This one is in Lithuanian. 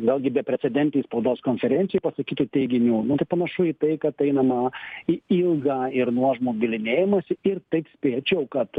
vėlgi beprecedentėj spaudos konferencijoj pasakytų teiginių nu tai panašu į tai kad einama į ilgą ir nuožmų bylinėjimąsi ir taip spėčiau kad